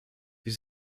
wir